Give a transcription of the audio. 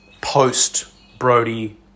post-Brody